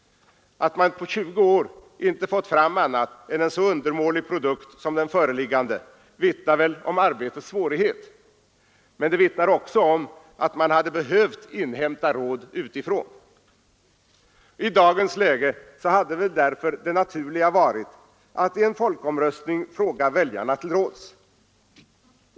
Att man på 20 år inte fått fram annat än en så undermålig produkt som den föreliggande vittnar väl om arbetets svårighet, men det vittnar också om att man hade behövt inhämta råd utifrån. I dagens läge hade därför det naturliga varit att i en folkomröstning fråga väljarna till råds.